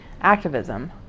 activism